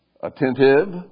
attentive